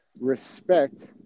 respect